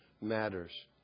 matters